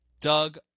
Doug